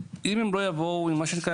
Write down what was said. אם הם לא יבואו עם מה שנקרא,